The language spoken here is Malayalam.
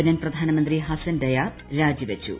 ലബനൻ പ്രധാനമന്ത്രി ഹസൻ ഡയാബ് രാജിവച്ചു